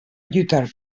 lluitar